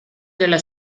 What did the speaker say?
della